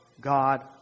God